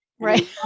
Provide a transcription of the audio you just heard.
Right